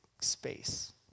space